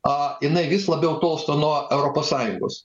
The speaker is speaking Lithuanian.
a jinai vis labiau tolsta nuo europos sąjungos